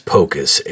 Pocus